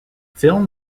film